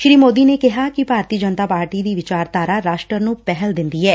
ਸ੍ਰੀ ਮੋਦੀ ਨੇ ਕਿਹਾ ਕਿ ਭਾਰਤੀ ਜਨਤਾ ਪਾਰਟੀ ਦੀ ਵਿਚਾਰਧਾਰਾ ਰਾਸ਼ਟਰ ਨੂੰ ਪਹਿਲ ਦਿੰਦੀ ਐ